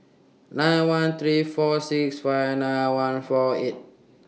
nine one three four six five nine one four eight